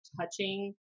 touching